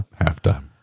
halftime